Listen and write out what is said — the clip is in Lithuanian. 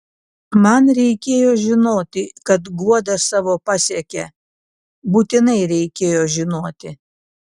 man reikėjo žinoti kad guoda savo pasiekė būtinai reikėjo žinoti